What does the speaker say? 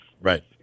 right